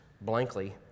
blankly